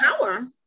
power